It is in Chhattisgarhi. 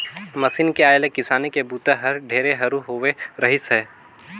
मसीन के आए ले किसानी के बूता हर ढेरे हरू होवे रहीस हे